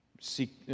seek